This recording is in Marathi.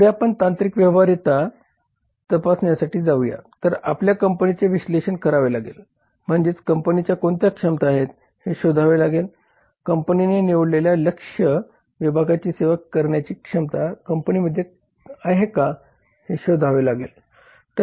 पुढे आपण तांत्रिक व्यवहार्यता तपासण्यासाठी जाऊया तर आपल्याला कंपनीचे विश्लेषण करावे लागेल म्हणजेच कंपनीच्या कोणत्या क्षमता आहेत हे शोधावे लागेल कंपनीने निवडलेल्या लक्ष्य विभागाची सेवा करण्याची क्षमता कंपनीमध्ये आहे का हे शोधावे लागेल